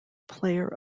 player